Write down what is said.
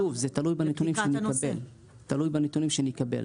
שוב, זה תלוי בנתונים שנקבל.